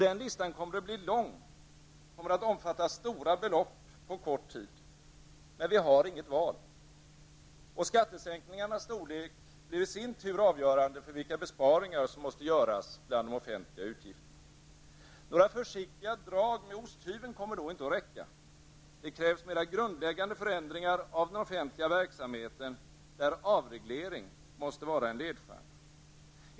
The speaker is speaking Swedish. Den listan kommer att bli lång och omfatta stora belopp på kort tid. Men vi har inget val. Och skattesänkningarnas storlek blir i sin tur avgörande för vilka besparingar som måste göras bland de offentliga utgifterna. Några försiktiga drag med osthyveln kommer då inte att räcka. Det krävs mera grundläggande förändringar av den offentliga verksamheten, där avreglering måste vara en ledstjärna.